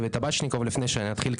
לפני שאני אתחיל,